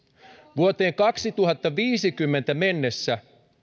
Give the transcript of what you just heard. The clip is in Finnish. vuoteen kaksituhattaviisikymmentä mennessä